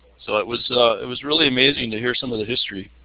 so it was it was really amazing to hear some of the history.